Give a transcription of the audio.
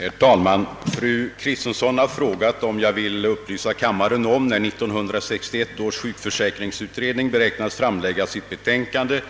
Herr talman! Fru Kristensson har frågat, om jag vill upplysa kammaren om när 1961 års sjukförsäkringsutredning beräknas framlägga sitt betänkande